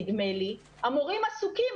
המורים עסוקים,